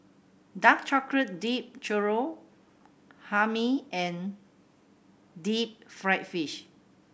dark chocolate dipped churro Hae Mee and deep fried fish